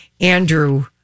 Andrew